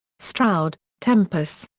stroud tempus.